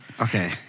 Okay